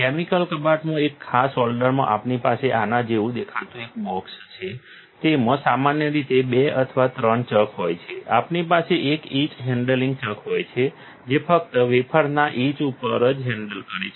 chemical કબાટમાં એક ખાસ હોલ્ડરમાં આપણી પાસે આના જેવું દેખાતું એક બોક્સ છે તેમાં સામાન્ય રીતે 2 અથવા 3 ચક હોય છે આપણી પાસે એક ઇચ હેન્ડલિંગ ચક હોય છે જે ફક્ત વેફરના ઇચ ઉપર જ હેન્ડલ કરે છે